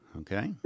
okay